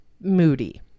moody